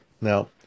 Now